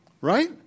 Right